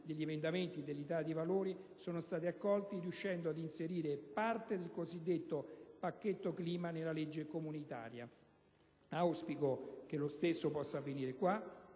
degli emendamenti dell'Italia dei Valori sono stati accolti, riuscendo ad inserire parte del cosiddetto pacchetto clima nella legge comunitaria. Auspico che lo stesso possa avvenire qua,